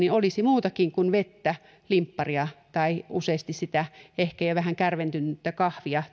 olisi tarjolla muutakin kuin vettä limpparia tai useasti sitä ehkä jo vähän kärventynyttä kahvia